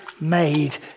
made